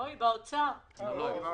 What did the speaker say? גם משרד